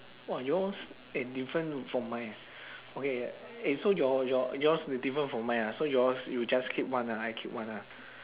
!wah! yours eh different from mine eh okay eh so your your yours will different from mine ah so yours you just keep one ah I keep one ah